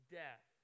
death